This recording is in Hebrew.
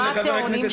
מה הטיעונים שלך?